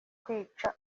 kwica